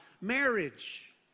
marriage